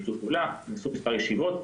נעשו מספר ישיבות,